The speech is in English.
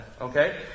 okay